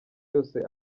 yose